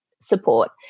support